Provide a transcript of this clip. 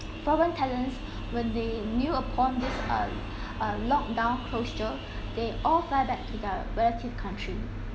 foreign talents when they knew upon this uh uh lock down closure they all fly back to their relative country